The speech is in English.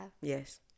Yes